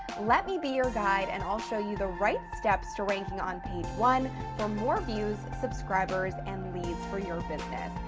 let me be your guide and i'll show you the right steps to ranking on page one for more views, subscribers, and leads for your business.